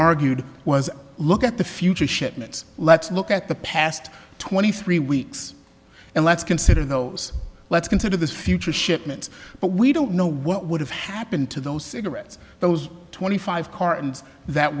argued was look at the future shipments let's look at the past twenty three weeks and let's consider no let's consider the future shipments but we don't know what would have happened to those cigarettes those twenty five cards that